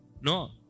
No